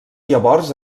llavors